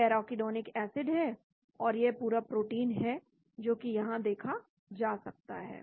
यह arachidonic acid है और यह पूरा प्रोटीन है जो कि यहां देखा जा सकता है